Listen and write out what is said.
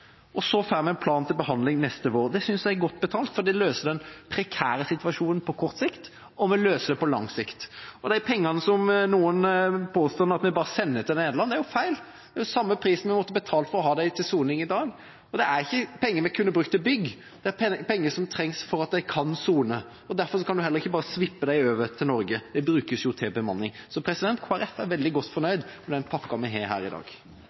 Så får vi en plan til behandling neste år. Det synes jeg er godt betalt, for det løser den prekære situasjonen på kort sikt, og vi løser den på lang sikt. Noen påstår at vi bare sender penger til Nederland – det er feil. Det er den samme prisen vi hadde måttet betale for å ha dem til soning i dag. Det er ikke penger vi kunne brukt til bygg – det er penger som trengs for at de kan sone. Derfor kan man heller ikke bare svippe dem over til Norge. De brukes til bemanning. Kristelig Folkeparti er veldig godt fornøyd med den pakken vi har her i dag.